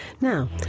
Now